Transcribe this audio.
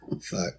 Fuck